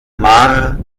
marr